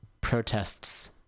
protests